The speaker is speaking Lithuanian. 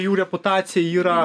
jų reputacija yra visa